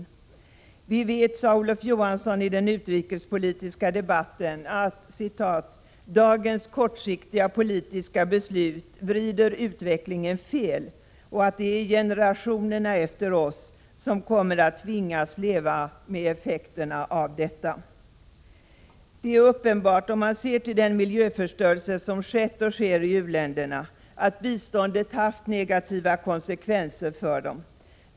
Vi vet, sade Olof Johansson i den utrikespolitiska debatten, att dagens kortsiktiga politiska beslut vrider utvecklingen fel och att det är generationerna efter oss som kommer att tvingas leva med effekterna av detta. Det är uppenbart, om man ser till den miljöförstörelse som skett och sker i u-länderna, att biståndet haft negativa konsekvenser för dem.